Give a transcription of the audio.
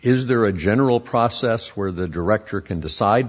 is there a general process where the director can decide to